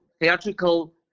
theatrical